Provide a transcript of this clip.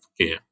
care